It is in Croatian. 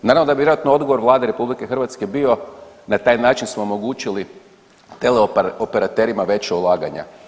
Naravno da bi vjerojatno odgovor Vlade RH bio na taj način smo omogućili teleoperaterima veća ulaganja.